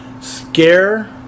Scare